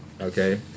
Okay